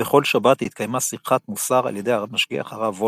בכל שבת התקיימה שיחת מוסר על ידי המשגיח הרב וולבה.